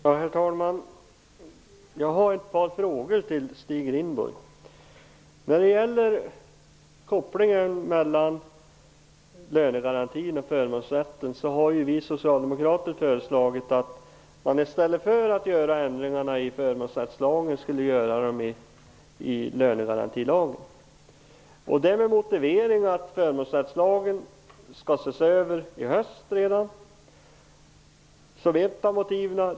Herr talman! Jag har ett par frågor till Stig Rindborg. När det gäller kopplingen mellan lönegarantin och förmånsrätten har vi socialdemokrater föreslagit att i stället för att göra ändringar i förmånsrättslagen skall de göras i lönegarantilagen. Det motiveras med att förmånsrättslagen skall ses över redan i höst.